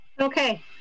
Okay